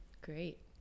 Great